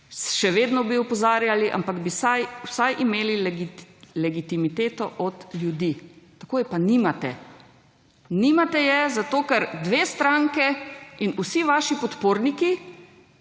še vedno bi opozarjali, ampak bi vsaj imeli legitimiteto od ljudi, tako je pa nimate. Nimate je, zato ker dve stranki in vsi vaši podporniki